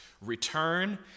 return